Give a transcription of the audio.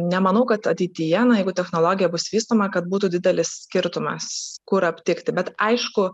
nemanau kad ateityje na jeigu technologija bus vystoma kad būtų didelis skirtumas kur aptikti bet aišku